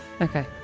Okay